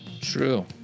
True